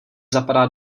zapadá